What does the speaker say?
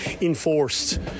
enforced